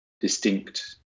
distinct